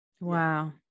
wow